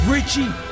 Richie